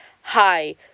Hi